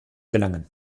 gelangen